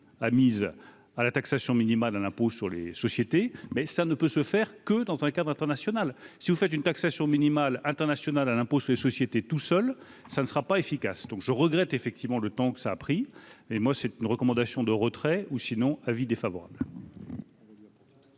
a mise à la taxation minimale à l'impôt sur les sociétés, mais ça ne peut se faire que dans un cadre international si vous faites une taxation minimale international à l'impôt sur les sociétés, tout seul, ça ne sera pas efficace, donc je regrette effectivement le temps que ça a pris, et moi, c'est une recommandation de retrait ou sinon avis défavorable.